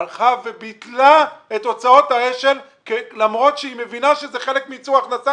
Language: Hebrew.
הלכה וביטלה את הוצאות האש"ל למרות שהיא מבינה שזה חלק מייצור הכנסה